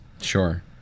Sure